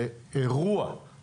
זה אירוע.